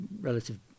relative